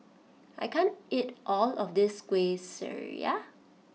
I can't eat all of this Kueh Syara